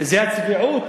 זה הצביעות